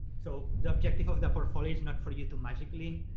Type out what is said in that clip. so the objective of the portfolio is not for you to magically